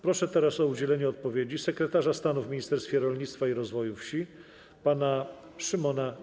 Proszę teraz o udzielenie odpowiedzi sekretarza stanu w Ministerstwie Rolnictwa i Rozwoju Wsi pana Szymona